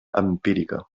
empírica